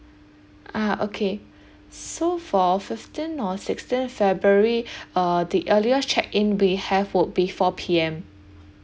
ah okay so for fifteenth or sixteenth february uh the earliest check in we have would be four P_M